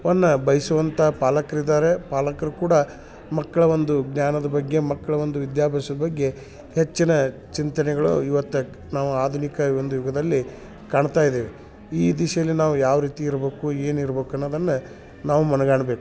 ವನ್ನ ಬಯ್ಸುವಂಥ ಪಾಲಕ್ರು ಇದ್ದಾರೆ ಪಾಲಕರು ಕೂಡ ಮಕ್ಕಳ ಒಂದು ಜ್ಞಾನದ ಬಗ್ಗೆ ಮಕ್ಕಳ ಒಂದು ವಿದ್ಯಾಭ್ಯಾಸದ ಬಗ್ಗೆ ಹೆಚ್ಚಿನ ಚಿಂತನೆಗಳು ಇವತ್ತಕ್ ನಾವು ಆಧುನಿಕ ಒಂದು ಯುಗದಲ್ಲಿ ಕಾಣ್ತಾ ಇದ್ದೇವೆ ಈ ದಿಸೆಯಲ್ಲಿ ನಾವು ಯಾವ ರೀತಿ ಇರ್ಬೇಕು ಏನು ಇರ್ಬಕು ಅನ್ನೋದನ್ನ ನಾವು ಮನಗಾಣಬೇಕು